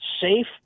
safe